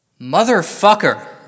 Motherfucker